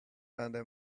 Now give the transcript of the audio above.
under